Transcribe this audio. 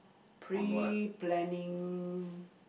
pre-planning